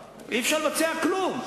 מבוצע, אי-אפשר לבצע כלום.